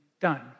done